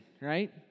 right